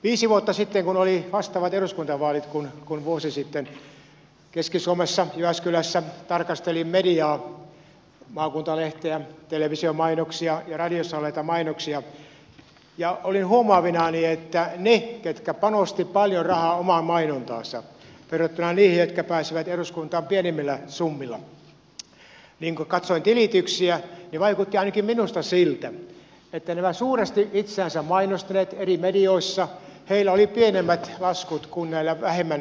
viisi vuotta sitten kun oli vastaavat eduskuntavaalit kuin vuosi sitten keski suomessa jyväskylässä tarkastelin mediaa maakuntalehteä televisiomainoksia ja radiossa olleita mainoksia ja olin huomaavinani että ne jotka panostivat paljon rahaa omaan mainontaansa verrattuna niihin jotka pääsivät eduskuntaan pienemmillä summilla kun katsoin tilityksiä vaikutti ainakin minusta siltä että näillä eri medioissa suuresti itseänsä mainostaneilla oli pienemmät laskut kuin näillä vähemmän mainostaneilla